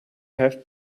have